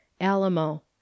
Alamo